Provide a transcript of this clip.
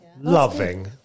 loving